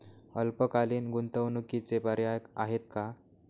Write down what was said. अल्पकालीन गुंतवणूकीचे पर्याय आहेत का?